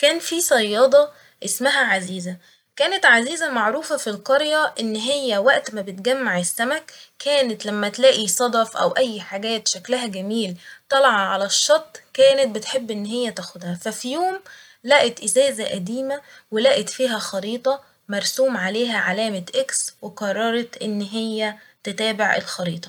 كان في صيادة اسمها عزيزة ، كانت عزيزة معروفة ف القرية إن هي وقت ما بتجمع السمك كانت لما تلاقي صدف أو أي حاجات شكلها جميل طالعة على الشط كانت بتحب إن هي تاخدها ، فا ف يوم لقت إزازة قديمة ولقت فيها خريطة مرسوم عليها علامة اكس وقررت إن هي تتابع الخريطة